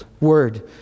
word